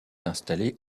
installé